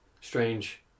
Strange